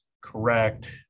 correct